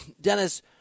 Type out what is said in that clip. Dennis